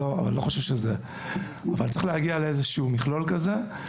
צריך להגיע למכלול שכזה.